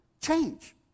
change